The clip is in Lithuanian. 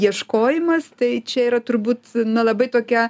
ieškojimas tai čia yra turbūt na labai tokia